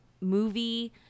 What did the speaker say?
movie